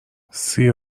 سیر